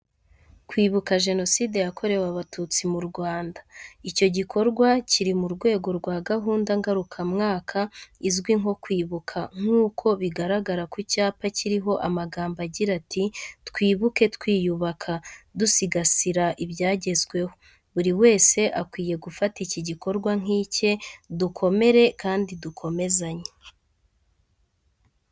Kwibuka Jenoside yakorewe Abatutsi mu Rwanda. Icyo gikorwa kiri mu rwego rwa gahunda ngarukamwaka izwi nko kwibuka nk’uko bigaragara ku cyapa kiriho amagambo agira ati:"Twibuke twiyubaka." Dusigasira ibyagezweho. Buri wese akwiye gufata iki gikorwa nk'icye. Dukomere kandi dukomezanye.